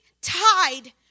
tied